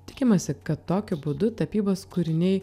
tikimasi kad tokiu būdu tapybos kūriniai